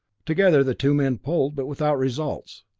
together the two men pulled, but without results.